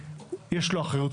יש לו אחריות,